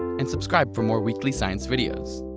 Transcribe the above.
and subscribe for more weekly science videos!